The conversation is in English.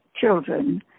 children